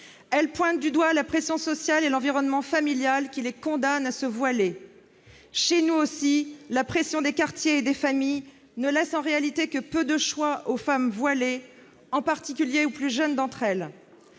Elles pointent du doigt la pression sociale et l'environnement familial, qui les condamnent à se voiler. Chez nous aussi, la pression des quartiers et des familles ne laisse en réalité que peu de choix aux femmes voilées, en particulier aux plus jeunes d'entre elles.